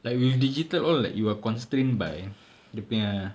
like with digital all like you are constrained by dia punya